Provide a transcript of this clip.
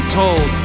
told